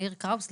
יאיר קראוס,